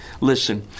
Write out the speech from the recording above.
listen